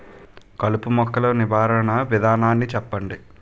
కలుపు మొక్కలు నివారణ విధానాన్ని చెప్పండి?